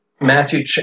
Matthew